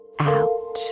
out